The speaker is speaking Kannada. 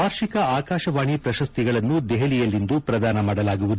ವಾರ್ಷಿಕ ಆಕಾಶವಾಣಿ ಪ್ರಶಸ್ತಿಗಳನ್ನು ದೆಹಲಿಯಲ್ಲಿಂದು ಪ್ರದಾನ ಮಾಡಲಾಗುವುದು